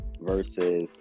versus